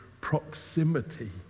proximity